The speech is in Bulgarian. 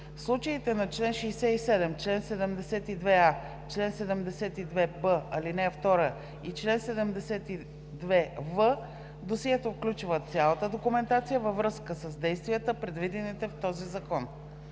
случаите на чл. 67, чл. 72а, чл. 72б, ал. 2 и чл. 72в досието включва цялата документация във връзка с действията, предвидени в този закон.